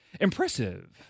Impressive